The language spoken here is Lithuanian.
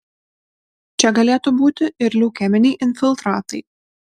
čia galėtų būti ir leukeminiai infiltratai